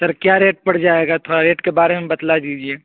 سر کیا ریٹ پڑ جائے گا تھورا ریٹ کے بارے میں بتلا دیجیے